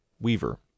Weaver